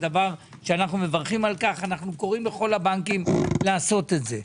אנו מברכים על כך וקוראים לכל הבנקים לעשות זאת.